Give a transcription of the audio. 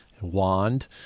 wand